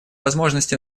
возможность